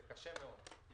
זה קשה מאוד.